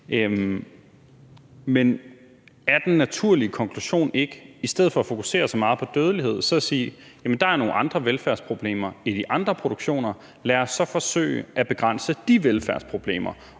Men er den naturlige konklusion ikke i stedet for at fokusere så meget på dødelighed så at sige, at der er nogle andre velfærdsproblemer i de andre produktioner, og lad os så forsøge at begrænse de velfærdsproblemer